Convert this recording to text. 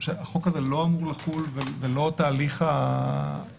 החוק הזה לא אמור לחול ולא תהליך הערכת